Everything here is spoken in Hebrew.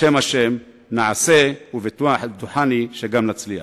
ובשם ה' נעשה ובטוחני שגם נצליח.